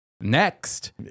next